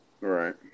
right